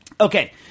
Okay